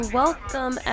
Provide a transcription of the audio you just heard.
welcome